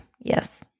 yes